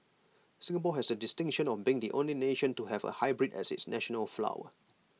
Singapore has the distinction of being the only nation to have A hybrid as its national flower